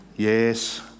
yes